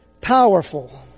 powerful